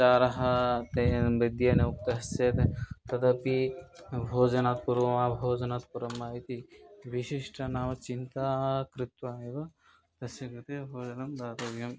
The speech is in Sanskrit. विचारः तेन बैद्येन उक्तः चेत् तदपि भोजनात् पूर्वं वा भोजनात् परं वा इति विशिष्टं नाम चिन्तनं कृत्वा एव तस्य कृते भोजनं दातव्यं